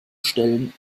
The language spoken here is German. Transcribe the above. stellen